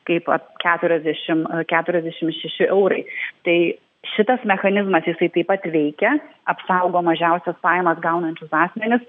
kaip keturiasdešim keturiasdešim šeši eurai tai šitas mechanizmas jisai taip pat veikia apsaugo mažiausias pajamas gaunančius asmenis